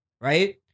Right